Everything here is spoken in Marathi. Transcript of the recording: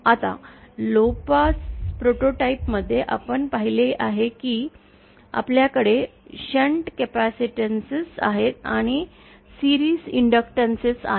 आता लो पास प्रोटोटाइप मध्ये आपण पाहिले आहे की आपल्याकडे शंटमध्ये कॅपेसिटानेसेस आहे आणि मालिकेत इंडक्टॅन्स आहे